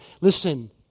Listen